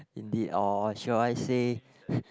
indeed or should I say